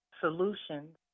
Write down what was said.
solutions